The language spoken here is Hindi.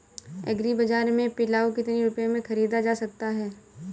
एग्री बाजार से पिलाऊ कितनी रुपये में ख़रीदा जा सकता है?